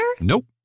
Nope